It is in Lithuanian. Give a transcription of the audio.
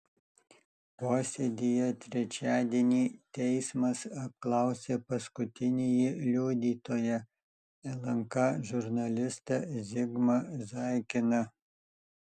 posėdyje trečiadienį teismas apklausė paskutinįjį liudytoją lnk žurnalistą zigmą zaikiną